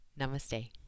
Namaste